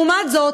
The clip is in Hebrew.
לעומת זאת,